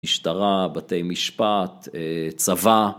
משטרה, בתי משפט, צבא.